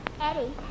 Eddie